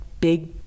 big